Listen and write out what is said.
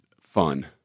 fun